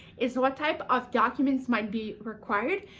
is what type of documents might be required.